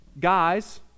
guys